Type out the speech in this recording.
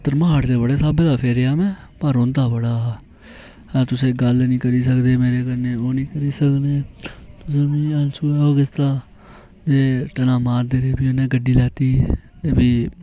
धरमाड़ ते बड़े स्हाबै दा फेरेआ में पर रौंदा बड़ा हा आखदा तुस गल्ल निं करी सकदे मेरे कन्नै ओह् निं करी सकदे तुसें मीं अनसुना ओह् कीता ते ताना मारदे रेह् भी उ'न्नै गड्डी लैती ते भी